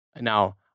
now